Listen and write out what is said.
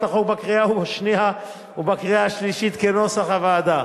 החוק בקריאה השנייה ובקריאה השלישית כנוסח הוועדה.